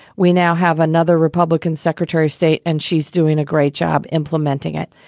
we now have another republican secretary of state, and she's doing a great job implementing it.